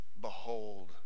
behold